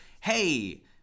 hey